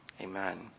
Amen